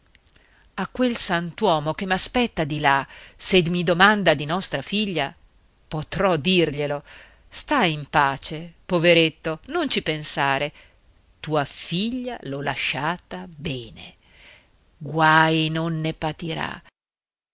a quel sant'uomo che m'aspetta di là se mi domanda di nostra figlia potrò dirglielo sta in pace poveretto non ci pensare tua figlia l'ho lasciata bene guaj non ne patirà